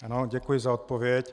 Ano, děkuji za odpověď.